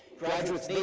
graduates,